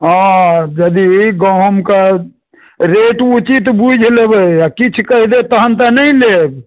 हँ यदि गहुँमके रेट उचित बुझि लेबै आ किछु कहि देत तखन तऽ नहि लेब